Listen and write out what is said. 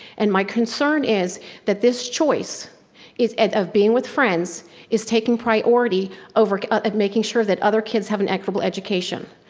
and my concern is that this choice of being with friends is taking priority over ah and making sure that other kids have an equitable education,